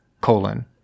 colon